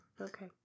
Okay